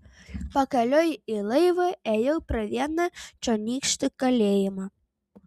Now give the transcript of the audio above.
pakeliui į laivą ėjau pro vieną čionykštį kalėjimą